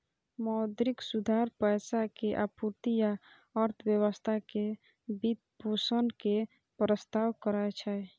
मौद्रिक सुधार पैसा के आपूर्ति आ अर्थव्यवस्था के वित्तपोषण के प्रस्ताव करै छै